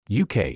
UK